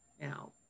Now